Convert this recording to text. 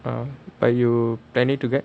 um but you planning to get